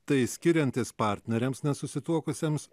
tai skiriantis partneriams nesusituokusiems